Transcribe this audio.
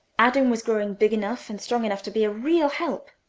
adam was growing big enough and strong enough to be a real help.